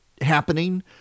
happening